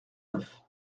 neuf